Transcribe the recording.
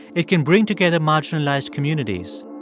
it can bring together marginalized communities.